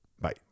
Bye